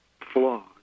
flawed